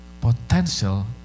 potential